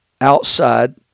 outside